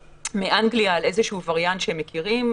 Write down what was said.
מאנגליה על איזשהו וריאנט שהם מכירים.